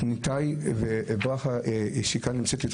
את ניתאי וברכה שהיא כאן נמצאת.